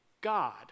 God